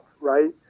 right